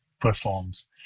performs